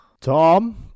Tom